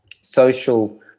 social